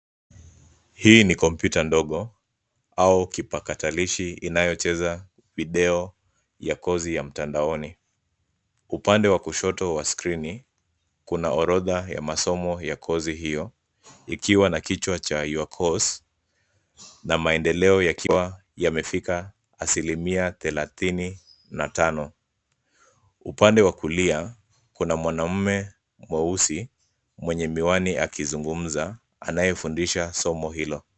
Hii ni kompyuta ndogo au kipakatalishi inayocheza video ya kozi ya mtandaoni. Upande wa kushoto wa skrini kuna orodha kubwa ya kozi hiyo ikiwa na kichwa cha your course na maendeleo yakiwa yamefika asilimia thelathini na tano. Upande wa kullia kuna mwanaume mweusi mwenye miwani akizungumza anayefundisha somo hilo.